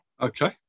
okay